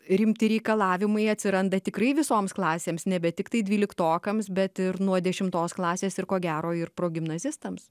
rimti reikalavimai atsiranda tikrai visoms klasėms nebe tiktai dvyliktokams bet ir nuo dešimtos klasės ir ko gero ir pro gimnazistams